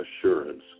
assurance